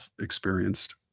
experienced